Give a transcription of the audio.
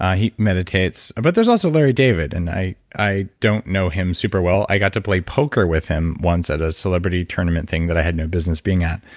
he meditates but there's also larry david. and i i don't know him super well. i got to play poker with him once at a celebrity tournament thing that i had no business being at.